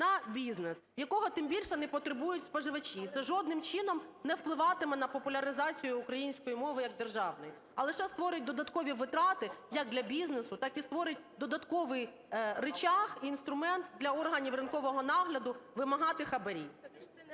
на бізнес, якого, тим більше, не потребують споживачі. Це жодним чином не впливатиме на популяризацію української мови як державної, а лише створить додаткові витрати як для бізнесу, так і створить додатковий ричаг і інструмент для органів ринкового нагляду вимагати хабарі.